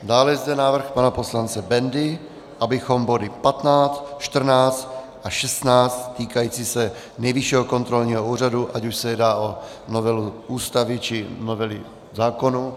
Dále je zde návrh pana poslance Bendy, abychom body 15, 14 a 16, týkající se Nejvyššího kontrolního úřadu, ať už se jedná o novelu Ústavy či novely zákonů...